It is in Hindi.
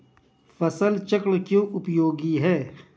फसल चक्रण क्यों उपयोगी है?